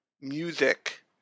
music